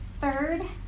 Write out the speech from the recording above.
Third